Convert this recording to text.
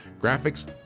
Graphics